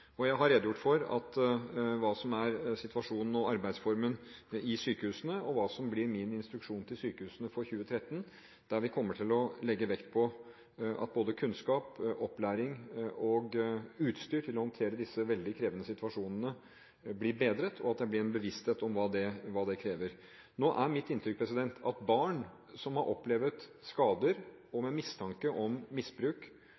sykehusene, og hva som blir min instruksjon til sykehusene for 2013, hvor vi kommer til å legge vekt på at både kunnskap, opplæring og utstyr til å håndtere disse veldig krevende situasjonene blir bedret, og at det blir en bevissthet om hva det krever. Nå er mitt inntrykk at barn som har opplevd skader og